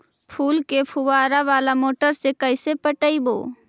फूल के फुवारा बाला मोटर से कैसे पटइबै?